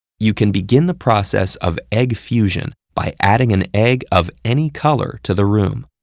you can begin the process of egg fusion by adding an egg of any color to the room.